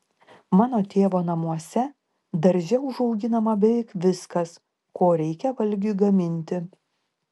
mano tėvo namuose darže užauginama beveik viskas ko reikia valgiui gaminti